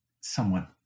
somewhat